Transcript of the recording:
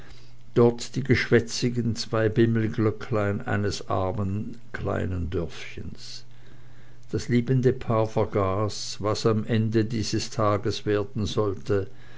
dort die geschwätzigen zwei bimmelglöcklein eines kleinen armen dörfchens das liebende paar vergaß was am ende dieses tages werden sollte